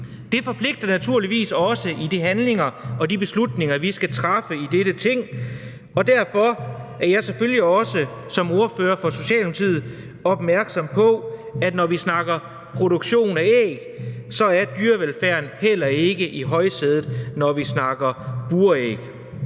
Det forpligter os naturligvis også, når det kommer til handling og de beslutninger, vi skal træffe i dette Ting, og derfor er jeg selvfølgelig også som ordfører for Socialdemokratiet opmærksom på, at når vi snakker produktion af æg, er dyrevelfærden heller ikke i højsædet, når vi snakker buræg.